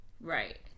Right